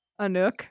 Anuk